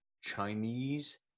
Chinese